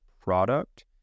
product